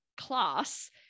class